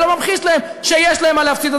ולא ממחיש להם שיש להם מה להפסיד,